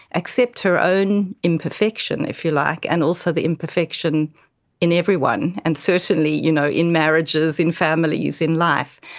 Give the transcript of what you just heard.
accept her own imperfection, if you like, and also the imperfection in everyone and certainly you know in marriages, in families, in life,